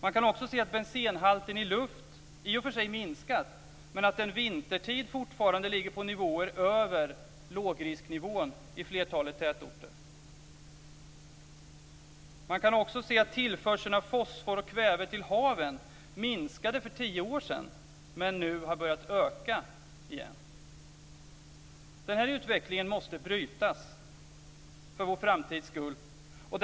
Man kan också se att bensenhalten i luft i och för sig minskat, men att den vintertid fortfarande ligger på nivåer över lågrisknivån i flertalet tätorter. Tillförseln av fosfor och kväve till haven minskade för tio år sedan, men har nu börjat öka igen. Den här utvecklingen måste brytas för framtidens skull.